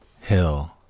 hill